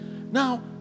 Now